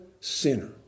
sinner